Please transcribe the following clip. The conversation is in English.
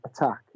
attack